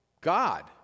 God